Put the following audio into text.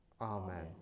Amen